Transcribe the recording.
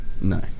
No